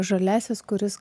žaliasis kuris